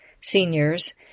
seniors